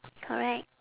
correct